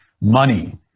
money